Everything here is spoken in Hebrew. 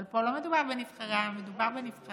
אבל פה לא מדובר בנבחרי העם, מדובר בנבחרי